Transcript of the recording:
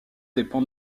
dépend